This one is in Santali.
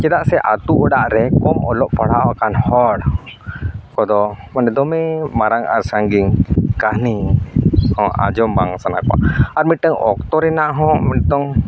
ᱪᱮᱫᱟᱜ ᱥᱮ ᱟᱛᱳ ᱚᱲᱟᱜ ᱨᱮ ᱠᱚᱢ ᱚᱞᱚᱜ ᱯᱟᱲᱦᱟᱣ ᱟᱠᱟᱱ ᱦᱚᱲ ᱠᱚᱫᱚ ᱢᱟᱱᱮ ᱫᱚᱢᱮ ᱢᱟᱨᱟᱝ ᱟᱨ ᱥᱟᱺᱜᱤᱧ ᱠᱟᱹᱱᱦᱤ ᱦᱚᱸ ᱟᱸᱡᱚᱢ ᱵᱟᱝ ᱥᱟᱱᱟ ᱠᱚᱣᱟ ᱟᱨ ᱢᱤᱫᱴᱟᱹᱝ ᱚᱠᱛᱚ ᱨᱮᱱᱟᱜ ᱦᱚᱸ ᱱᱤᱛᱚᱝ